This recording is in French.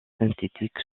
synthétique